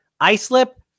Islip